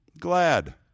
glad